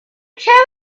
travel